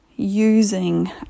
using